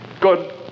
Good